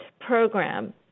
program